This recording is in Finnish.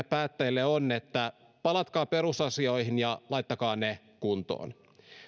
päättäjille on palatkaa perusasioihin ja laittakaa ne kuntoon